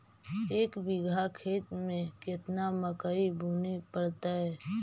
एक बिघा खेत में केतना मकई बुने पड़तै?